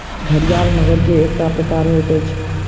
घड़ियाल मगर के एकटा प्रकार होइत अछि